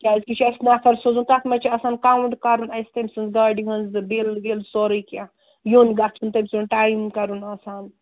کیٛازِکہِ یہِ چھِ اَسہِ نَفر سوزُن تَتھ منٛز چھِ آسان کاوُنٛٹ کَرُن اَسہِ تٔمۍ سٕنٛز گاڑِ ہٕنٛز بِل وِل سورُے کیٚنٛہہ یُن گژھُن تٔمۍ سُنٛد ٹایِم کَرُن آسان